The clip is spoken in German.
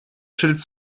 schild